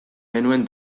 genuen